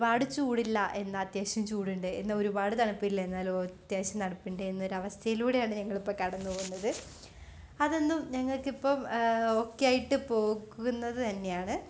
ഒരുപാട് ചൂടില്ല എന്നാല് അത്യാവശ്യം ചൂടുണ്ട് എന്നാല് ഒരുപാട് തണുപ്പില്ല എന്നാലോ അത്യാവശ്യം തണുപ്പുണ്ട് എന്നൊരു അവസ്ഥയിലൂടെയാണ് ഞങ്ങളിപ്പോള് കടന്നുപോകുന്നത് അതൊന്നും ഞങ്ങള്ക്കിപ്പം ഓക്കെയായിട്ട് പോകുന്നത് തന്നെയാണ്